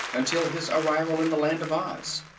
until his arrival in the land of oz.